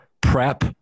prep